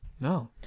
No